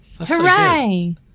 Hooray